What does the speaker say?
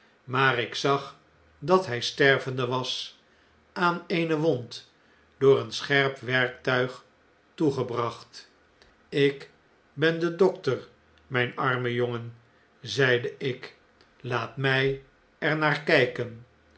maar ik zag dat hij stervende de oorsprong van de schaduw was aan eene wond door een scherp werktuig toegebracht ik ben dokter mp arrae jongen zeide ik laat mjj er naar kjjken